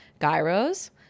gyros